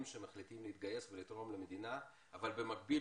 שמחליטים להתגייס ולתרום למדינה אבל במקביל,